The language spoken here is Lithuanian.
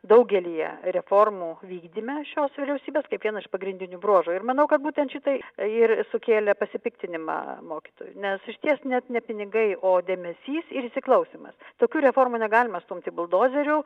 daugelyje reformų vykdyme šios vyriausybės kaip vieną iš pagrindinių bruožų ir manau kad būtent šitai ir sukėlė pasipiktinimą mokytojų nes išties net ne pinigai o dėmesys ir įsiklausymas tokių reformų negalima stumti buldozeriu